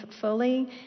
fully